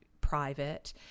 private